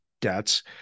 debts